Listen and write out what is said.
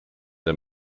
der